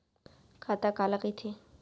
खाता काला कहिथे?